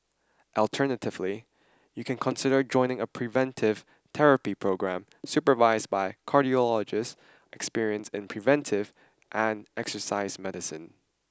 alternatively you can consider joining a preventive therapy programme supervised by cardiologist experienced in preventive and exercise medicine